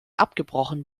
abgebrochen